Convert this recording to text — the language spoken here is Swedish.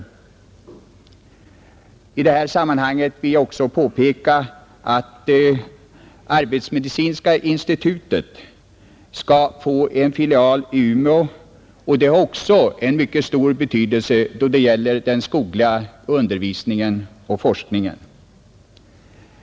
I detta sammanhang vill jag också påpeka att arbetsmedicinska institutet skall få en filial i Umeå, något som också har mycket stor betydelse då det gäller den skogliga undervisningen och forskningen.